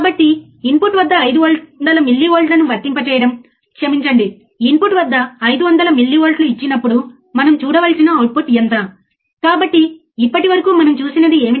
కాబట్టి ఏ ఫ్రీక్వెన్సీ వద్ద ఆపరేషనల్ యాంప్లిఫైయర్ను ఆపరేట్ చేయవచ్చో అర్థం చేసుకోవడానికి సులభమైన మార్గం ఉంది మరియు ఒక ఫ్రీక్వెన్సీ వద్ద ఈ స్లీవ్ రేటు వక్రీకరించబడుతుంది సరే